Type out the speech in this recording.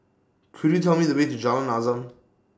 Could YOU Tell Me The Way to Jalan Azam